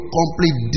complete